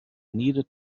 needed